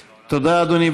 תודה, אדוני.